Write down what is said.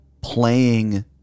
Playing